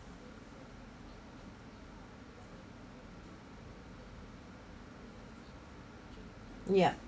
ya